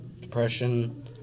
depression